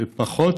עוד פחות